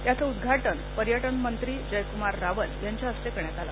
याचं उद्घाटन पर्यटनमंत्री जयकुमार रावल यांच्या हस्ते करण्यात आले